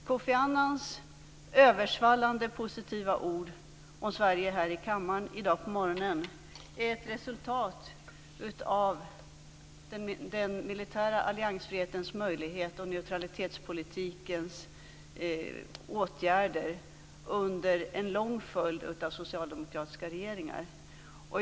Kofi Annans översvallande positiva ord om Sverige här i kammaren i morse är ett resultat av den militära alliansfriheten och neutralitetspolitiken under en lång följd av socialdemokratiska regeringar.